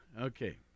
Okay